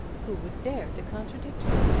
who would dare to contradict her?